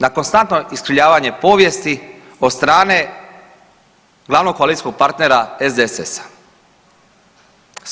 Na konstantno iskrivljavanje povijesti od strane glavnog koalicijskog partnera SDSS-a.